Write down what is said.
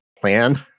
plan